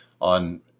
on